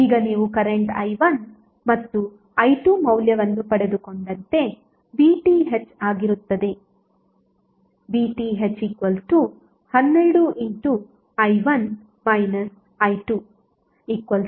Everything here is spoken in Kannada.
ಈಗ ನೀವು ಕರೆಂಟ್ i1 ಮತ್ತು i2 ಮೌಲ್ಯವನ್ನು ಪಡೆದುಕೊಂಡಂತೆ VTh ಆಗಿರುತ್ತದೆ VTh12i1 i2120